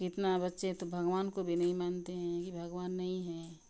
कि इतना बच्चे तो भगवान को भी नहीं मानते हैं कि भगवान नहीं हैं